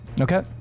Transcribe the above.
okay